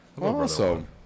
Awesome